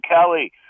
Kelly